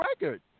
record